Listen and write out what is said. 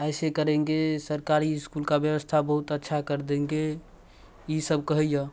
ऐसे करेंगे सरकारी इसकुलका व्यवस्था बहुत अच्छा कर देंगे ईसब कहैये